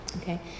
Okay